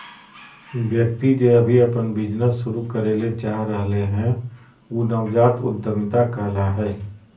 व्यक्ति जे अभी अपन बिजनेस शुरू करे ले चाह रहलय हें उ नवजात उद्यमिता कहला हय